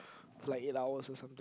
for like eight hours or something